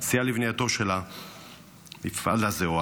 הוא סייע לבנייתו של המפעל הזה,